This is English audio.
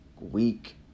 week